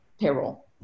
payroll